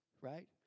right